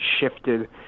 shifted